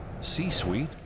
C-Suite